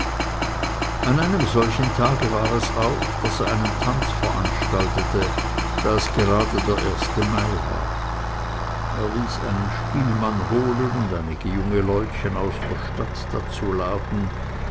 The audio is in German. an einem solchen tage war es auch daß er einen tanz veranstaltet da es gerade der erste mai war er ließ einen spielmann holen und einige junge leutchen aus der stadt dazu laden